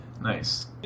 Nice